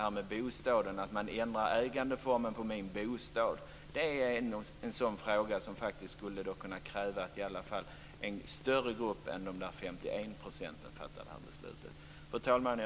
Om man skulle vilja ändra ägandeformen på min bostad tycker jag att det är ett fall där det krävs att en större grupp än 51 % fattar beslutet. Fru talman!